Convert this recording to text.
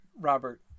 Robert